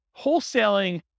wholesaling